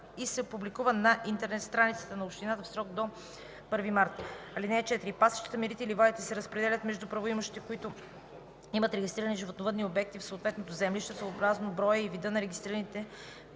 и се публикува на интернет страницата на общината в срок до 1 март. (4) Пасищата, мерите и ливадите се разпределят между правоимащите, които имат регистрирани животновъдни обекти в съответното землище, съобразно броя и вида на регистрираните